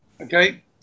Okay